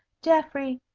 geoffrey,